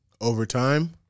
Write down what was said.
overtime